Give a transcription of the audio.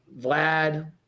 Vlad